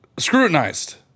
scrutinized